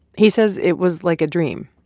he says it was like a dream.